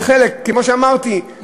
כמו שאמרתי,